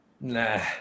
Nah